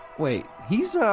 wait. he's. ah.